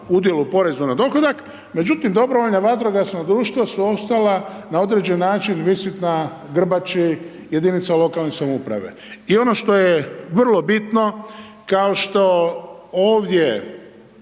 udjel o porezu na dohodak. Međutim, dobrovoljna vatrogasna društva su ostala na određen način visjeti na grbači jedinice lokalne samouprave. I ono što je vrlo bitno, kao što ovdje